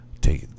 Take